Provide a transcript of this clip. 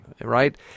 right